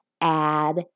add